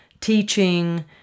teaching